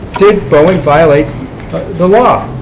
did boeing violate the law?